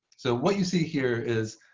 so what you see here is